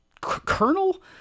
colonel